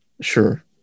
Sure